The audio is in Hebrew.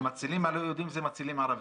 המצילים הלא יהודים זה מצילים ערבים.